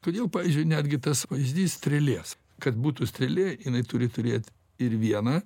todėl pavyzdžiui netgi tas pavyzdys strėlės kad būtų strėlė jinai turi turėt ir vieną